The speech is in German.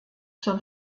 zur